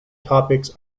topics